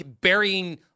burying